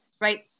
right